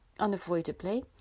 Unavoidably